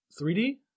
3D